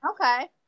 Okay